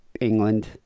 England